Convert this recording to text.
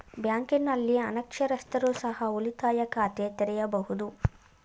ಬ್ಯಾಂಕಿನಲ್ಲಿ ಅನಕ್ಷರಸ್ಥರು ಸಹ ಉಳಿತಾಯ ಖಾತೆ ತೆರೆಯಬಹುದು?